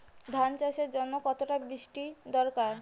ধান চাষের জন্য কতটা বৃষ্টির দরকার?